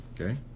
Okay